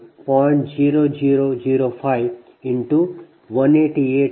ಆದ್ದರಿಂದ P Loss 0